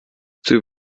zur